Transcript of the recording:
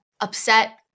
upset